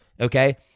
Okay